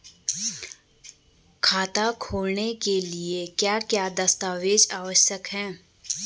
खाता खोलने के लिए क्या क्या दस्तावेज़ आवश्यक हैं?